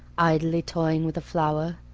idly toying with a flower,